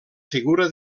figura